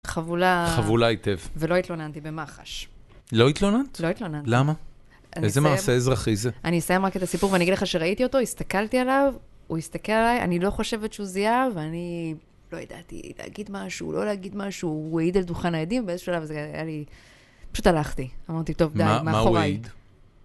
חבולה... חבולה היטב, ולא התלוננתי במח"ש. לא התלוננת? לא התלוננתי. למה? איזה מעשה אזרחי זה? אני אסיים רק את הסיפור ואני אגיד לך שראיתי אותו, הסתכלתי עליו, הוא הסתכל עליי, אני לא חושבת שהוא זיהה, ואני... לא ידעתי להגיד משהו, לא להגיד משהו, הוא העיד על דוכן העדים, באיזשהו שלב... פשוט הלכתי. אמרתי, טוב, די, מאחורי. מה הוא העיד?